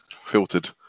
filtered